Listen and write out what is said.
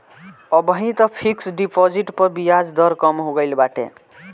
अबही तअ fixed deposit पअ बियाज दर कम हो गईल बाटे